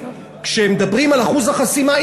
כשמדברים על אחוז החסימה,